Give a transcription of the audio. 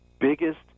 biggest